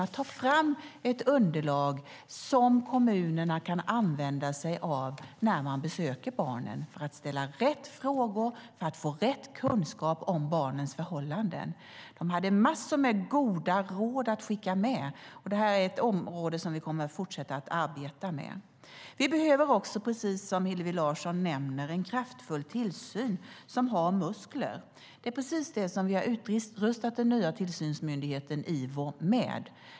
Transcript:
De ska ta fram ett underlag som kommunerna kan använda sig av för att ställa rätt frågor och för att få rätt kunskap om barnens förhållanden när de besöker barnen. Barnen hade massor av goda råd att skicka med. Det här är ett område som vi kommer att fortsätta arbeta med. Precis som Hillevi Larsson nämner behöver vi också en kraftfull tillsyn som har muskler. Det är just det vi har utrustat den nya tillsynsmyndigheten Ivo med.